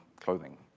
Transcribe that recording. clothing